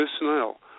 personnel